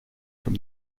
from